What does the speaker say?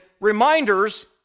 reminders